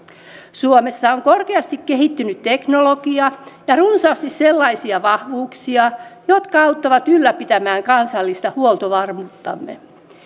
suomessa on korkeasti kehittynyt teknologia ja runsaasti sellaisia vahvuuksia jotka auttavat ylläpitämään kansallista huoltovarmuuttamme